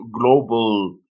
global